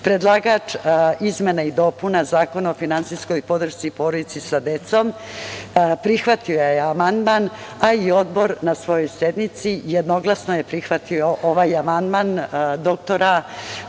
Predlagač izmenama i dopuna Zakona o finansijskoj podršci porodici sa decom prihvatio je amandman, a i Odbor je na svojoj sednici jednoglasno prihvatio ovaj amandmana dr